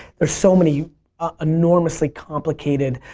there's so many ah enormously complicated